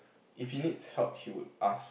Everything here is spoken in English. if he needs help he would ask